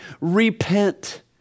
repent